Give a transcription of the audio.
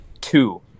two